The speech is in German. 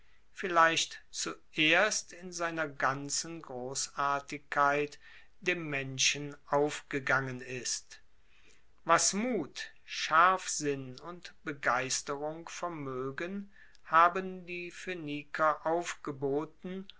vielleicht zuerst in seiner ganzen grossartigkeit dem menschen aufgegangen ist was mut scharfsinn und begeisterung vermoegen haben die phoeniker aufgeboten